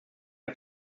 der